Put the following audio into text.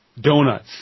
Donuts